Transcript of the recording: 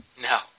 No